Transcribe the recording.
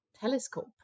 telescope